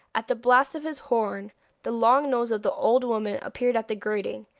at the blast of his horn the long nose of the old woman appeared at the grating,